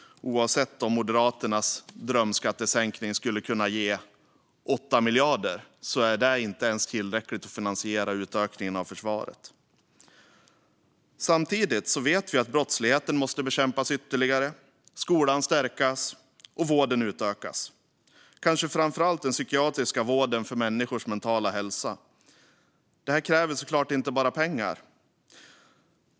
Oavsett om Moderaternas drömskattesänkning skulle kunna ge 8 miljarder är det inte ens tillräckligt för att finansiera utökningen av försvaret. Samtidigt vet vi att brottsligheten måste bekämpas ytterligare och skolan stärkas. Vården måste utökas, kanske framför allt den psykiatriska vården av människors mentala hälsa. Det här kräver såklart inte bara pengar.